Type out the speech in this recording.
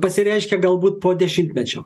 pasireiškia galbūt po dešimtmečio